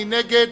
מי נגד?